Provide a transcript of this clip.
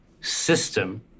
system